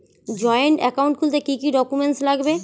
Joint account খুলতে কি কি ডকুমেন্টস লাগবে?